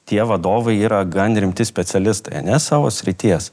tie vadovai yra gan rimti specialistai ane savo srities